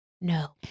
No